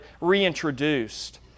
reintroduced